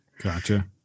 Gotcha